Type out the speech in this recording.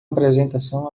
apresentação